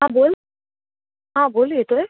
हां बोल हां बोल येतो आहे